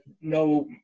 no